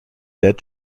dead